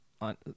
on